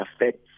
affects